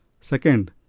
Second